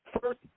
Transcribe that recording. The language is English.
First